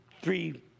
three